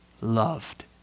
loved